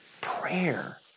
prayer